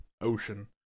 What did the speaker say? ocean